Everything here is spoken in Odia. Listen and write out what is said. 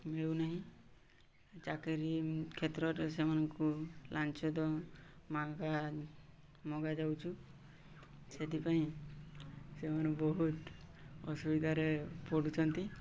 ମିଳୁନାହିଁ ଚାକିରି କ୍ଷେତ୍ରରେ ସେମାନଙ୍କୁ ଲାଞ୍ଚ ମାଗା ମଗାଯାଉଛୁ ସେଥିପାଇଁ ସେମାନେ ବହୁତ ଅସୁବିଧାରେ ପଡ଼ୁଛନ୍ତି